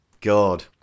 God